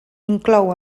inclou